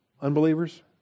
unbelievers